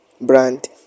brand